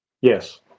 Yes